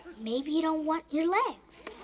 maybe you don't want your legs.